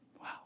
Wow